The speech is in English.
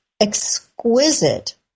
exquisite